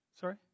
Sorry